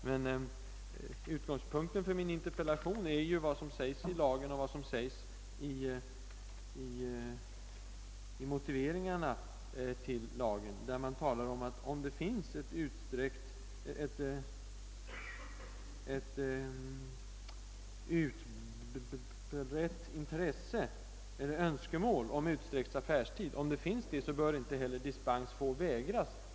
Men utgångspunkten för min interpellation är ju vad som står i lagen och i motiveringarna till denna. Där heter det att om det finns ett utbrett önskemål om utsträckt affärstid, så skall inte dispens få vägras.